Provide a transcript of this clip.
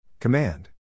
Command